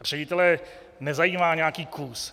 Ředitele nezajímá nějaký kus.